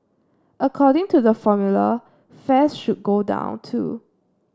according to the formula fares should go down too